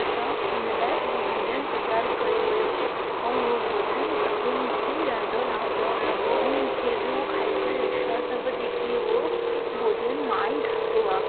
असां उन लाइ हो भोजन तेयार कयो हुयो ऐं हूअ भोजन सभिनी खे ॾाढो लाजवाब लॻो ऐं मूंखे बि हो खाई करे विश्वासु न पियो थिए की उहो भोजन मां ई ठातो आहे